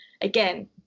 again